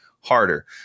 harder